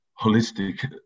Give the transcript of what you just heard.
holistic